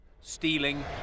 stealing